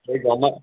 ସେଇ ଜମା